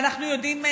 ואנחנו יודעים,